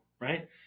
right